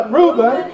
Reuben